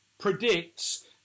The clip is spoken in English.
predicts